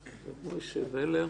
משה ולר,